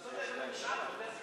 (הצבעת מתנדבים בשירות